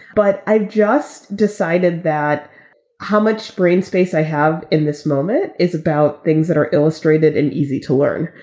but i've just decided that how much brain space i have in this moment is about things that are illustrated and easy to learn.